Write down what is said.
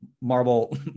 marble